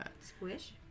Squish